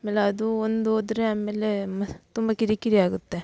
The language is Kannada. ಆಮೇಲೆ ಅದೂ ಒಂದು ಹೋದ್ರೆ ಆಮೇಲೆ ಮ್ ತುಂಬ ಕಿರಿಕಿರಿ ಆಗುತ್ತೆ